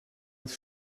het